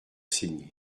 signer